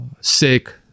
sick